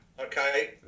Okay